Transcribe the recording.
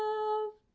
of